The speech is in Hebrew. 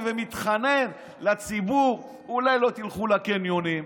ומתחנן לציבור: אולי לא תלכו לקניונים?